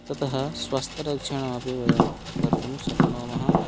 ततः स्वास्थ्यरक्षणमपि वयं कर्तुं शक्नुमः